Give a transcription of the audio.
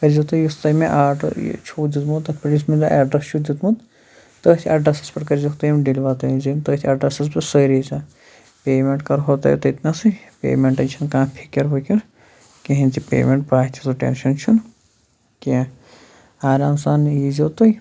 کٔرۍ زیو تُہۍ یُس تۄہہِ مےٚ آرڈَر یہِ چھُو دیُتمُت تَتھ پٮ۪ٹھ یُس مےٚ تۄہہِ اٮ۪ڈرَس چھُو دیُتمُت تٔتھۍ اٮ۪ڈرٮ۪سَس پٮ۪ٹھ کٔرۍ زیوکھ تُہۍ یِم ڈِلوَر تُہۍ أنۍ زیو یِم تٔتھۍ اٮ۪ڈرٮ۪سَس پٮ۪ٹھ سٲری زانٛہہ پیمٮ۪نٛٹ کَرٕہو تۄہہِ بہٕ تٔتۍ نَسٕے پیمٮ۪نٛٹٕچ چھَنہٕ کانٛہہ فِکِر وِکِر کِہیٖنۍ تہِ پیمٮ۪نٛٹ واتہِ سُہ ٹٮ۪نشَن چھُنہٕ کینٛہہ آرام سانہٕ یی زیو تُہۍ